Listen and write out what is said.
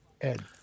Ed